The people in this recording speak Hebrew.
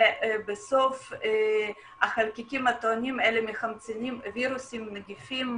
ובסוף החלקיקים הטעונים מחמצנים וירוסים נדיפים,